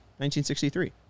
1963